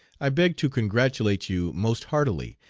i beg to congratulate you most heartily,